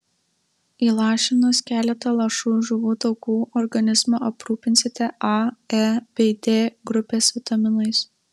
įlašinus keletą lašų žuvų taukų organizmą aprūpinsite a e bei d grupės vitaminais